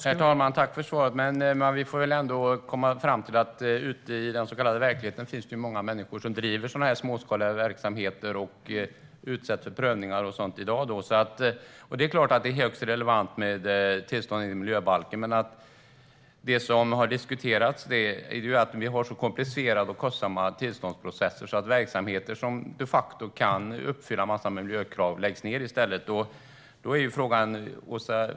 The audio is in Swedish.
Herr talman! Jag vill tacka för svaret. Många människor ute i den så kallade verkligheten driver småskaliga verksamheter, och de utsätts för prövningar och sådant i dag. Det är klart att tillstånd enligt miljöbalken är högst relevant. Men det som har diskuterats är att vi har så komplicerade och kostsamma tillståndsprocesser att verksamheter som de facto kan uppfylla en massa miljökrav i stället läggs ned.